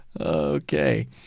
Okay